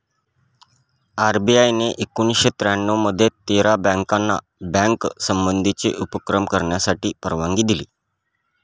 RBI ने एकोणावीसशे त्र्यानऊ मध्ये तेरा बँकाना बँक संबंधीचे उपक्रम करण्यासाठी परवानगी दिली